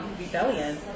rebellion